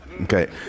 okay